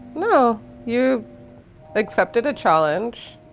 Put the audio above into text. no you accepted a challenge.